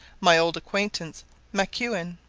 my old acquaintance maquin,